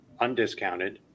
undiscounted